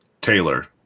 Taylor